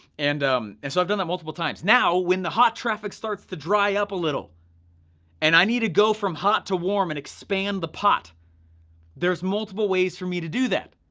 and um and so i've done that multiple times. now, when the hot traffic starts to dry up a little and i need to go from hot to warm and expand the pot there's multiple ways for me to do that.